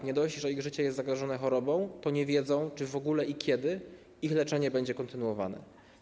Nie dość, że ich życie jest zagrożone chorobą, to nie wiedzą, czy w ogóle i kiedy ich leczenie będzie kontynuowane.